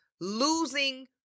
losing